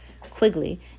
Quigley